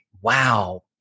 wow